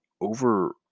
over